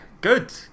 good